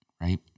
right